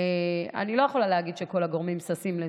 אני לא יכולה להגיד שכל הגורמים ששים לזה,